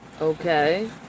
Okay